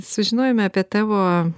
sužinojome apie tavo